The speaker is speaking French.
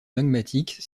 magmatique